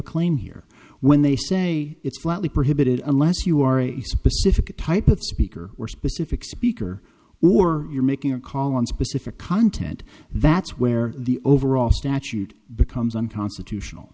a claim here when they say it's flatly prohibited unless you are a specific type of speaker or specific speaker or you're making a call on specific content that's where the overall statute becomes unconstitutional